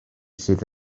sydd